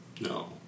no